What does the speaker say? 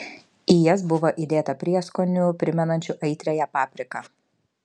į jas buvo įdėta prieskonių primenančių aitriąją papriką